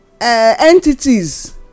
entities